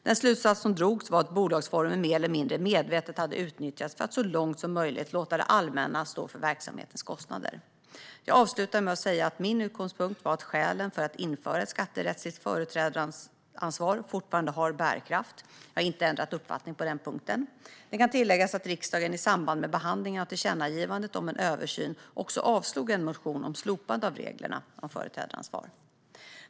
Den slutsats som drogs var att bolagsformen mer eller mindre medvetet hade utnyttjats för att så långt som möjligt låta det allmänna stå för verksamhetens kostnader. Jag avslutade med att säga att min utgångspunkt var att skälen för att införa ett skatterättsligt företrädaransvar fortfarande har bärkraft. Jag har inte ändrat uppfattning på den punkten. Det kan tilläggas att riksdagen i samband med behandlingen av tillkännagivandet om en översyn också avslog en motion om slopande av reglerna om företrädaransvar.